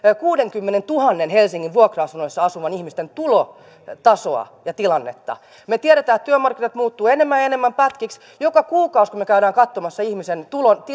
kuudenkymmenentuhannen helsingin vuokra asunnoissa asuvan ihmisen tulotasoa ja tilannetta me tiedämme että työmarkkinat muuttuvat enemmän ja enemmän pätkiksi joka kuukausi me käymme katsomassa ihmisen